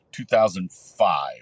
2005